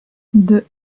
deux